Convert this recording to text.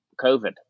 COVID